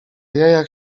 jajach